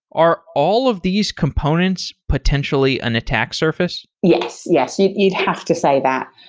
are all of these components potentially an attack surface? yes. yes. you'd you'd have to say that.